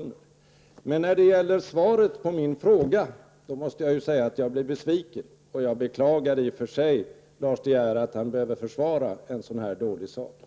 gemensamt. Men när det gäller svaret på min fråga måste jag säga att jag blev besviken. I och för sig beklagar jag att Lars De Geer skall behöva försvara en så här dålig sak.